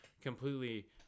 completely